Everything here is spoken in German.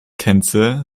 tänze